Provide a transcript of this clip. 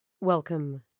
Welcome